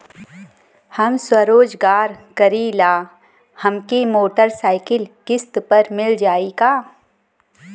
हम स्वरोजगार करीला हमके मोटर साईकिल किस्त पर मिल जाई का?